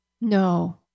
No